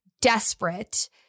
desperate